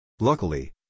Luckily